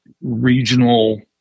regional